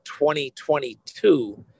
2022